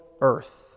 earth